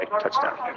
touchdown